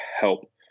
help